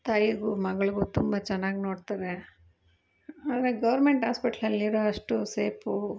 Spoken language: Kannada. ತಾಯಿಗು ಮಗಳಿಗು ತುಂಬ ಚೆನ್ನಾಗಿ ನೋಡ್ತಾರೆ ಹಾಗಾಗಿ ಗೋರ್ಮೆಂಟ್ ಹಾಸ್ಪಿಟ್ಲಲ್ಲಿ ಇರೋವಷ್ಟು ಸೇಪು